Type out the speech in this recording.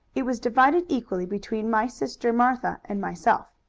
it was divided equally between my sister martha and myself.